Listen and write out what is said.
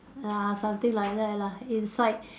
ya something like that lah inside